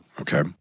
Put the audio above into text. Okay